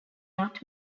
not